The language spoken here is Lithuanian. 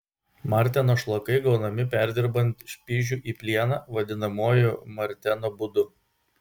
marteno šlakai gaunami perdirbant špižių į plieną vadinamuoju marteno būdu